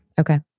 Okay